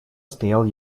стоял